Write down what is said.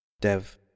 Dev